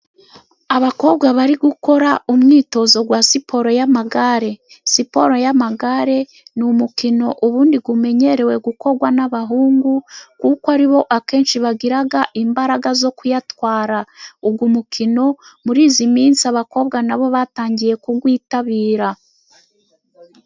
Abakobwa bari gukora umwitozo wa siporo y'amagare. Siporo y'amagare ni umukino ubundi umenyerewe gukorwa n'abahungu, kuko aribo akenshi bagira imbaraga zo kuyatwara. Uwo mukino muri iyi minsi abakobwa na bo batangiye kuwitabira.